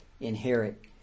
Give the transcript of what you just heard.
Inherit